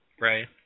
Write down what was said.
Right